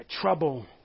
trouble